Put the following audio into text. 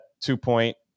two-point